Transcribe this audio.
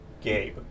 Gabe